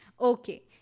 Okay